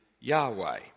Yahweh